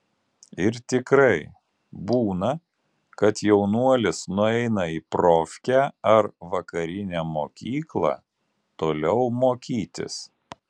ir tikrai būna kad jaunuolis nueina į profkę ar vakarinę mokyklą toliau mokytis